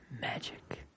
Magic